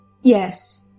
yes